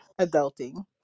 Adulting